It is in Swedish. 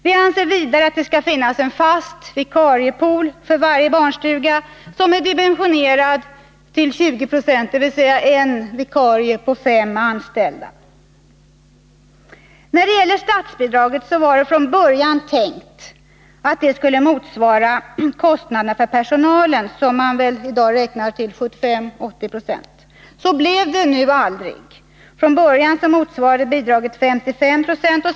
Vidare anser vi att det för varje barnstuga skall finnas en fast vikariepool som är dimensionerad till 20 96, dvs. en vikarie på fem anställda. När det gäller statsbidraget var det från början tänkt att det skulle motsvara kostnaderna för personalen, som man väl i dag beräknar till 75-80 20. Så blev det aldrig. Från början motsvarade bidraget 55 926.